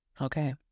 Okay